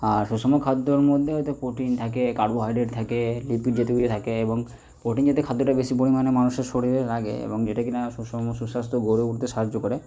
আর সুষম খাদ্যর মধ্যে হয়তো প্রোটিন থাকে কার্বোহাইড্রেড থাকে লিপিড জাতীয় কিছু থাকে এবং প্রোটিন জাতীয় খাদ্যটা বেশি পরিমাণে মানুষের শরীরের লাগে এবং যেটা কি না সুষম সুস্বাস্থ্য গড়ে উঠতে সাহায্য করে